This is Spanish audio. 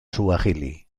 suajili